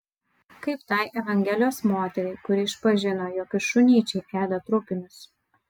kaip tai evangelijos moteriai kuri išpažino jog ir šunyčiai ėda trupinius